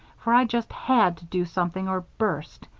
for i just had to do something or burst.